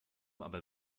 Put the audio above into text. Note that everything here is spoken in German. aber